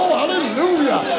hallelujah